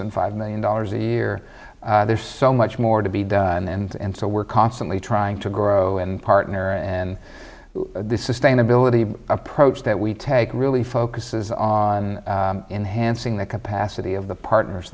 than five million dollars a year there's so much more to be done and so we're constantly trying to grow and partner and this is an ability approach that we take really focuses on enhancing the capacity of the partners